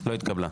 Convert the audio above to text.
לא התקבלה.